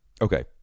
okay